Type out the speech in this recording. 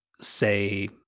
say